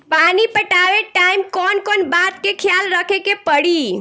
पानी पटावे टाइम कौन कौन बात के ख्याल रखे के पड़ी?